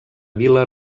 vil·la